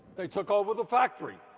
they took over the factory.